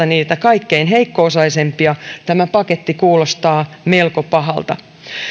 niitä kaikkein heikko osaisimpia tämä paketti kuulostaa melko pahalta